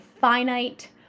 finite